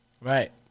Right